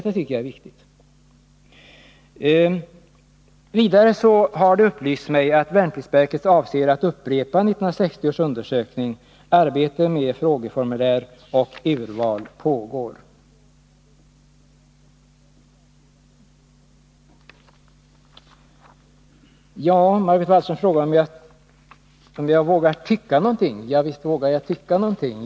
Detta tycker jag är viktigt. Vidare har det upplysts mig att värnpliktsverket avser att upprepa 1960 års undersökning. Arbete med frågeformulär och urval pågår. Margot Wallström frågar om jag vågar tycka någonting. Ja, visst vågar jag det.